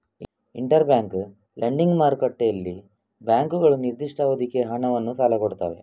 inter bank lending ಮಾರುಕಟ್ಟೆಯಲ್ಲಿ ಬ್ಯಾಂಕುಗಳು ನಿರ್ದಿಷ್ಟ ಅವಧಿಗೆ ಹಣವನ್ನ ಸಾಲ ಕೊಡ್ತವೆ